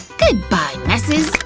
goodbye messes!